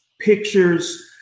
pictures